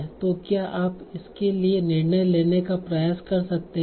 तो क्या आप इसके लिए निर्णय लेने का प्रयास कर सकते हैं